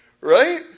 Right